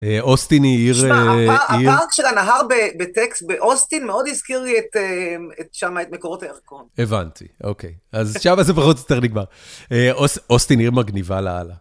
אוסטין היא עיר... תשמע, הפארק. . הפארק של הנהר בטקסס... באוסטין מאוד הזכיר לי את את שם, את מקורות הירקון. הבנתי, אוקיי. אז שם זה פחות או יותר נגמר. אוסטין, היא עיר מגניבה לאללה.